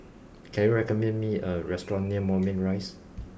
can you recommend me a restaurant near Moulmein Rise